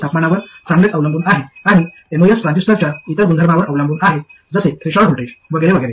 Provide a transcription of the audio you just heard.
तापमानावर चांगलेच अवलंबून आहे आणि एमओएस ट्रान्झिस्टरच्या इतर गुणधर्मांवर अवलंबून आहे जसे थ्रेशोल्ड व्होल्टेज वगैरे वगैरे